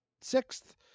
sixth